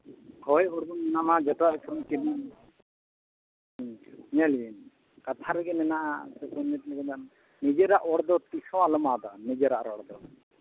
ᱦᱳᱭ ᱚᱱᱟ ᱢᱟ ᱡᱚᱛᱚᱣᱟᱜ ᱜᱮᱢ ᱠᱩᱞᱤ ᱠᱤᱫᱤᱧ ᱦᱮᱸ ᱧᱮᱞᱵᱤᱱ ᱠᱟᱛᱷᱟ ᱨᱮᱜᱮ ᱢᱮᱱᱟᱜᱼᱟ ᱱᱤᱡᱮᱨᱟᱜ ᱨᱚᱲ ᱫᱚ ᱛᱤᱥᱦᱚᱸ ᱟᱞᱚᱢ ᱟᱫᱟ ᱱᱤᱡᱮᱨᱟᱜ ᱨᱚᱲ ᱫᱚ